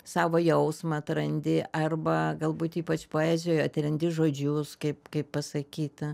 savo jausmą atrandi arba galbūt ypač poezijoj atrandi žodžius kaip kaip pasakyta